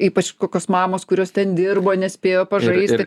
ypač kokios mamos kurios ten dirbo nespėjo pažaisti